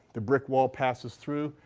the brick wall passes through,